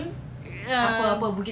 um